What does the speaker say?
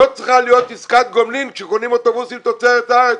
לא צריכה להיות עסקת גומלין כשקונים אוטובוסים תוצרת הארץ,